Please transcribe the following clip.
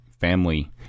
family